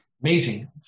Amazing